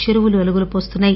చెరువులుఅలుగులు పోస్తున్నాయి